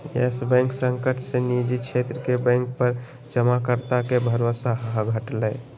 yes Bank संकट से निजी क्षेत्र के बैंक पर जमाकर्ता के भरोसा घटलय